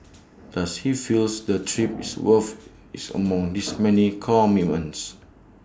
does he feels the trip is worth its among his many commitments